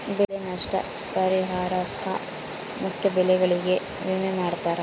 ಬೆಳೆ ನಷ್ಟ ಪರಿಹಾರುಕ್ಕ ಮುಖ್ಯ ಬೆಳೆಗಳಿಗೆ ವಿಮೆ ಮಾಡ್ತಾರ